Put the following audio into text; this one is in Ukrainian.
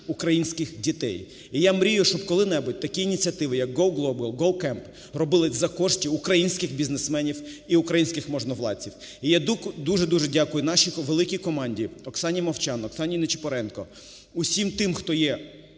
українських дітей. І я мрію, щоб коли-небудь такі ініціативи, якGoGlobal, GoCamp, робились за кошти українських бізнесменів і українських можновладців. І я дуже й дуже дякую нашій великій команді: Оксані Мовчан, Оксані Нечипоренко, усім тим, хто є